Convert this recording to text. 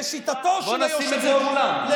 בוא נשים אצל כולם.